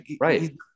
Right